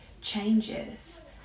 changes